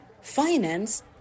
finance